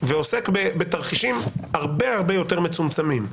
ועוסק בתרחישים הרבה הרבה יותר מצומצמים.